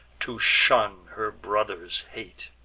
to shun her brother's hate.